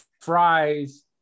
fries